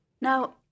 now